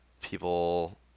people